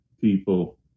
people